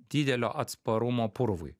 didelio atsparumo purvui